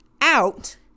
out